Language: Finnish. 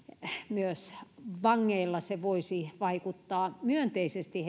myös vangeilla se voisi vaikuttaa myönteisesti